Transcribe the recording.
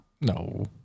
No